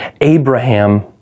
Abraham